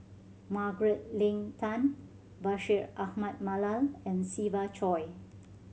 Margaret Leng Tan Bashir Ahmad Mallal and Siva Choy